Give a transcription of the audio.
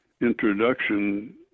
introduction